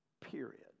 Period